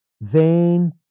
Vain